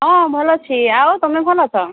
ହଁ ଭଲ୍ ଅଛି ଆଉ ତମେ ଭଲ୍ ଅଛ